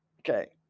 Okay